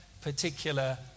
particular